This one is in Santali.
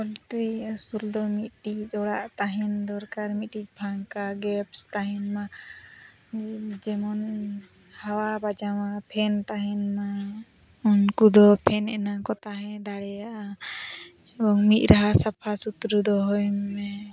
ᱟᱹᱥᱩᱞ ᱫᱚ ᱢᱤᱫᱴᱤᱡ ᱚᱲᱟᱜ ᱛᱟᱦᱮᱱ ᱫᱚᱨᱠᱟᱨ ᱢᱤᱫᱴᱤᱡ ᱯᱷᱟᱠᱟ ᱛᱟᱦᱮᱱ ᱢᱟ ᱡᱮᱢᱚᱱ ᱦᱟᱣᱟ ᱵᱟᱡᱟᱣᱟ ᱯᱷᱮᱱ ᱛᱟᱦᱮᱱ ᱢᱟ ᱩᱱᱠᱩ ᱫᱚ ᱯᱷᱮᱱ ᱮᱱᱟᱝ ᱠᱚ ᱛᱟᱦᱮᱸ ᱫᱟᱲᱮᱭᱟᱜᱼᱟ ᱮᱵᱚᱝ ᱢᱤᱫ ᱨᱟᱦᱟ ᱥᱟᱯᱷᱟ ᱥᱩᱛᱨᱟᱹ ᱫᱚᱦᱚᱭ ᱢᱮ